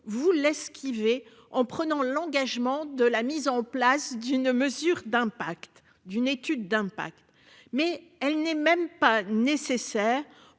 vous l'esquiver. En prenant l'engagement de la mise en place d'une mesure d'impact d'une étude d'impact, mais elle n'est même pas nécessaire